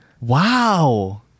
Wow